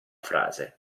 frase